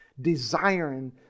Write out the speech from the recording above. desiring